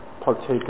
partake